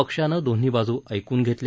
पक्षानं दोन्ही बाजू ऐकून घेतल्या